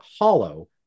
hollow